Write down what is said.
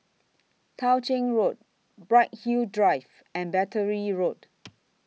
Tao Ching Road Bright Hill Drive and Battery Road